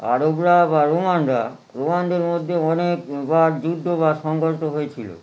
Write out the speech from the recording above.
আরবরা বা রোমানরা রোমানদের মধ্যে অনেকবার যুদ্ধ বা সংঘর্ষ হয়েছিল